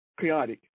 Chaotic